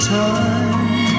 time